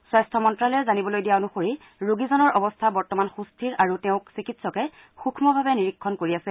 স্বাস্থ্য মন্ত্যালয়ে জানিবলৈ দিয়া অনুসৰি ৰোগীজনৰ অৱস্থা বৰ্তমান সুস্থিৰ আৰু তেওঁক চিকিৎসকে সূক্ষভাৱে নিৰীক্ষণ কৰি আছে